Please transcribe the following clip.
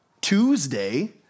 Tuesday